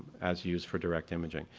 as used for direct imaging.